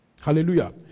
Hallelujah